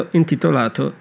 intitolato